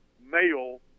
male